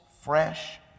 fresh